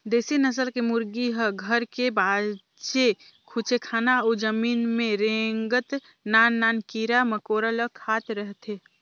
देसी नसल के मुरगी ह घर के बाचे खुचे खाना अउ जमीन में रेंगत नान नान कीरा मकोरा ल खात रहथे